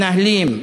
מנהלים,